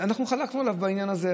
אנחנו חלקנו עליו בענייו הזה.